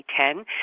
2010